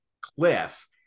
cliff